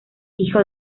hijo